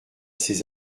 ces